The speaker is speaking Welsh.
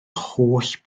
holl